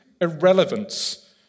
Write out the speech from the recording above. irrelevance